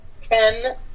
ten